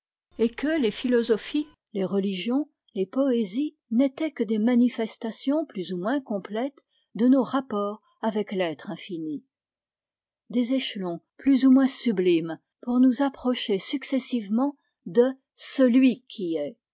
et que les philosophies les religions les poésies n'etaient que des manifestations plus ou moins complètes de nos rapports avec l'être infini des échelons plus ou moins sublimes pour nous approcher successivement de celui qui est